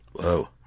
Whoa